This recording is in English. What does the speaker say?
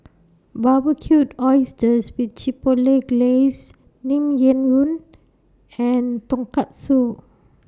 Barbecued Oysters with Chipotle Glaze Naengmyeon and Tonkatsu